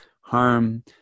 harm